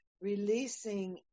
releasing